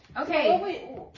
okay